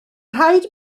rhaid